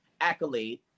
accolade